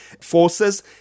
forces